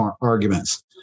arguments